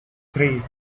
three